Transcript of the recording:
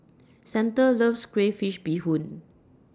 Santa loves Crayfish Beehoon